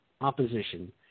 opposition